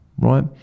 right